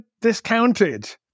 discounted